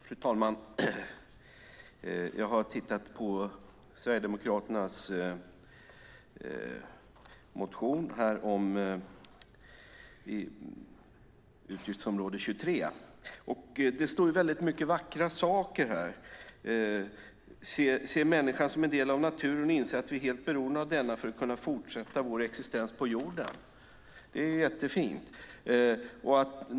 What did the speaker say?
Fru talman! Jag har tittat på Sverigedemokraternas särskilda yttrande om utgiftsområde 23. Det står mycket vackert där, som att "Sverigedemokraterna ser människan som en del av naturen och inser att vi är helt beroende av denna för att kunna fortsätta vår existens på jorden." Det är jättefint!